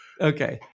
Okay